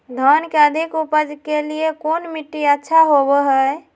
धान के अधिक उपज के लिऐ कौन मट्टी अच्छा होबो है?